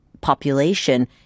population